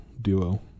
duo